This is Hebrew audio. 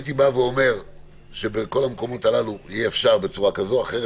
הייתי אומר שבכל המקומות הללו יהיה אפשר בצורה כזו אחרת,